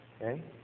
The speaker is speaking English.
Okay